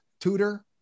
tutor